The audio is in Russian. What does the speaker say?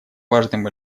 важным